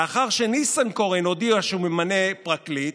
לאחר שניסנקורן הודיע שהוא ממנה פרקליט,